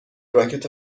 راکت